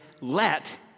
let